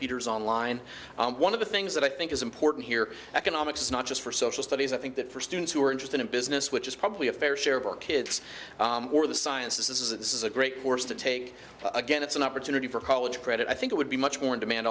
peter's online one of the things that i think is important here economics not just for social studies i think that for students who are interested in business which is probably a fair share of our kids or the science this is a this is a great course to take again it's an opportunity for college credit i think it would be much more in demand